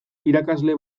irakasle